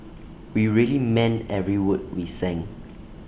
we really meant every word we sang